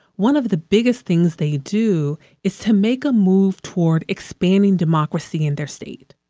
one of the biggest things they do is to make a move toward expanding democracy in their state.